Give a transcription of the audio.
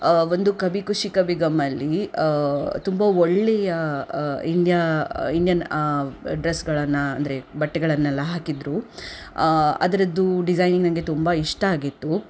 ಒಂದು ಕಭಿ ಖುಷಿ ಕಭಿ ಗಮ್ಮಲ್ಲಿ ತುಂಬ ಒಳ್ಳೆಯ ಇಂಡಿಯಾ ಇಂಡಿಯನ್ ಆ ಡ್ರೆಸ್ಗಳನ್ನ ಅಂದರೆ ಬಟ್ಟೆಗಳನ್ನೆಲ್ಲ ಹಾಕಿದರು ಅದರದ್ದು ಡಿಸೈನಿಂಗ್ ನನಗೆ ತುಂಬ ಇಷ್ಟ ಆಗಿತ್ತು